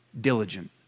diligent